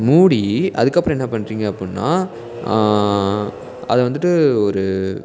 மூடி அதுக்கப்புறம் என்ன பண்ணுறீங்க அப்படின்னா அதை வந்துட்டு ஒரு